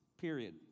period